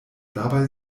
dabei